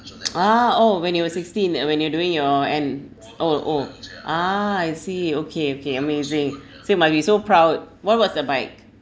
ah oh when you were sixteen and when you were doing your N oh O ah I see okay okay amazing so you must be so proud what was the bike